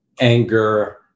anger